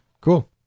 Cool